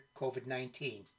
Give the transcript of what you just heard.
COVID-19